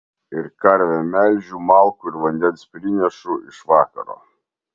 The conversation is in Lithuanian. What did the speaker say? ir karvę melžiu malkų ir vandens prinešu iš vakaro